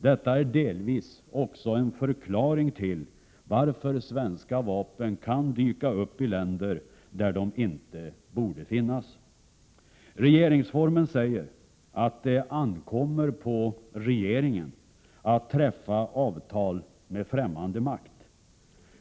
Detta är delvis också en förklaring till att svenska vapen kan dyka upp i länder där de inte borde finnas. Regeringsformen säger att det ankommer på regeringen att träffa avtal med främmande makt.